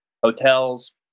hotels